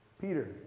Peter